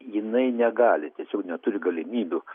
jinai negali tiesiog neturi galimybių